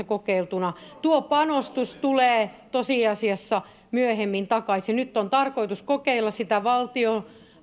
kokeiltuna tuo panostus tulee tosiasiassa myöhemmin takaisin ja nyt on tarkoitus kokeilla sitä